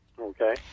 Okay